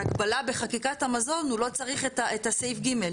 ההגבלה בחקיקת המזון הוא לא צריך את הסעיף (ג).